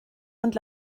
und